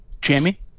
Jamie